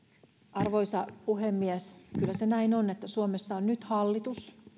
arvoisa puhemies kyllä se näin on että suomessa on nyt hallitus